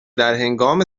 درهنگام